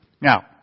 Now